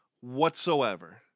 whatsoever